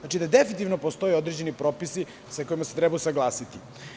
Definitivno postoje određeni propisi sa kojima se treba usaglasiti.